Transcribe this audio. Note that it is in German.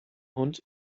hund